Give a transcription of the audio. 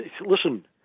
listen